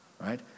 right